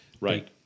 Right